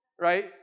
Right